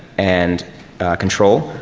and control,